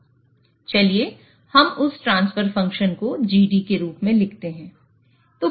चलिए हम उस ट्रांसफर फ़ंक्शन को Gd के रूप में लिखते हैं